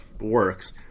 works